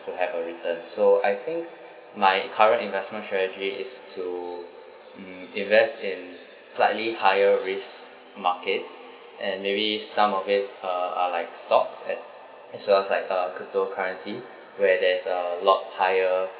to have a return so I think my current investment strategy is to mm invest in slightly higher risk market and maybe some of it uh uh like stock at as well as like uh cryptocurrency where there's a lot higher